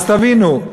אז תבינו,